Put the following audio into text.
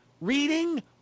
reading